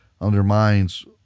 undermines